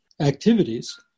activities